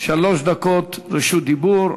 שלוש דקות רשות דיבור.